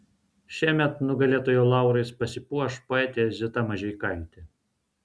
šiemet nugalėtojo laurais pasipuoš poetė zita mažeikaitė